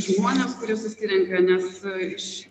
į žmones kurie susirenka nes